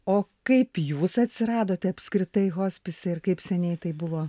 o kaip jūs atsiradote apskritai hospise ir kaip seniai tai buvo